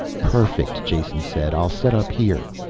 perfect, jason said. i'll set up here.